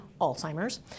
Alzheimer's